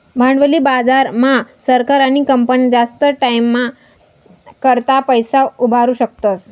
भांडवली बाजार मा सरकार आणि कंपन्या जास्त टाईमना करता पैसा उभारु शकतस